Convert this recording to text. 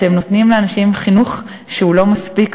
אתם נותנים לאנשים חינוך שהוא לא מספיק,